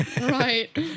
Right